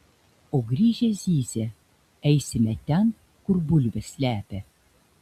o grįžę zyzia eisime ten kur bulves slepia